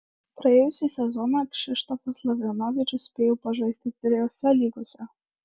praėjusį sezoną kšištofas lavrinovičius spėjo pažaisti trijose lygose